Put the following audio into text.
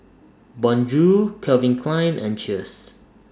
Bonjour Calvin Klein and Cheers